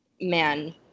man